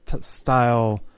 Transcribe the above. Style